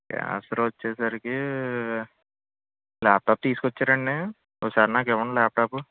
Acer వచ్చేసరికీ laptop తీసుకొచ్చారండి ఒకసారి నాకు ఇవ్వండి ల్యాప్టాపు